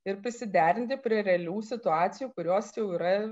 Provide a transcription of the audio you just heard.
ir prisiderinti prie realių situacijų kurios jau yra